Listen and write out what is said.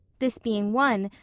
this being won,